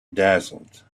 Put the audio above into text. dazzled